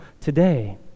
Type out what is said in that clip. today